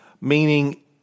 Meaning